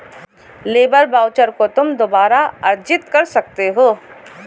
labour voucher को तुम दोबारा अर्जित कर सकते हो